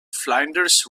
flinders